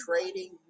trading